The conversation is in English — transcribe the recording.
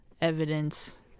evidence